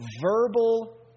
verbal